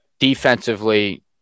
defensively